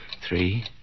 Three